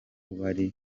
bari